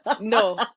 no